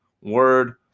word